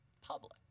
public